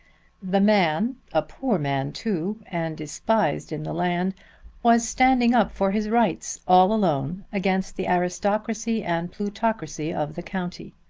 the man a poor man too and despised in the land was standing up for his rights, all alone, against the aristocracy and plutocracy of the county.